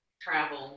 travel